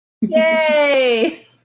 Yay